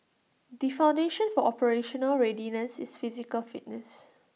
the foundation for operational readiness is physical fitness